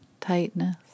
tightness